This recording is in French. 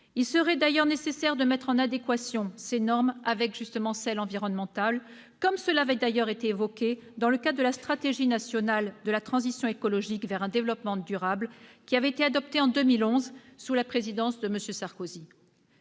Il serait d'ailleurs nécessaire de mettre en adéquation ces normes avec les normes environnementales, comme cela avait d'ailleurs été évoqué dans le cadre de la Stratégie nationale de transition écologique vers un développement durable, qui avait été adoptée en 2011 sous la présidence de M. Sarkozy.